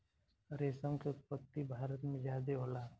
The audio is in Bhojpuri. रेशम के उत्पत्ति भारत में ज्यादे होला